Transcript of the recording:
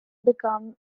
become